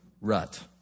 rut